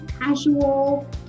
casual